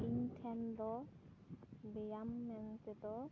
ᱤᱧ ᱴᱷᱮᱱ ᱫᱚ ᱵᱮᱭᱟᱢ ᱢᱮᱱᱛᱮ ᱫᱚ